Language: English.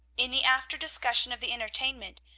in the after discussion of the entertainment,